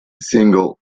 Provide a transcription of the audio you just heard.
single